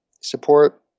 support